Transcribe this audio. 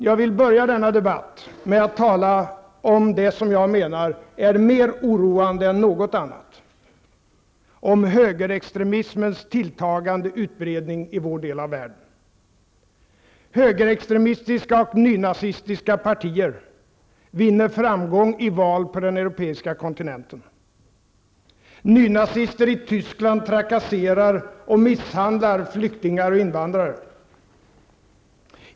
Jag vill börja denna debatt med att tala om det som jag menar är mer oroande än något annat, om högerextremismens tilltagande utbredning i vår del av världen. Högerextremistiska och nynazistiska partier vinner framgång i val på den europeiska kontinenten. Nynazister i Tyskland trakasserar och misshandlar flyktingar och invandrare.